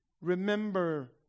remember